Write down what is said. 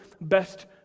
best